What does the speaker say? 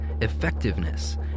effectiveness